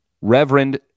Reverend